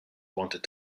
wanted